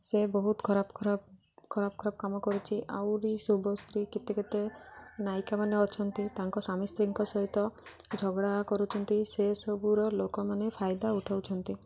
ସେ ବହୁତ ଖରାପ ଖରାପ ଖରାପ ଖରାପ କାମ କରିଛି ଆହୁରି ଶୁଭଶ୍ରୀ କେତେ କେତେ ନାୟିକାମାନେ ଅଛନ୍ତି ତାଙ୍କ ସ୍ୱାମୀ ସ୍ତ୍ରୀଙ୍କ ସହିତ ଝଗଡ଼ା କରୁଛନ୍ତି ସେ ସବୁର ଲୋକମାନେ ଫାଇଦା ଉଠଉଛନ୍ତି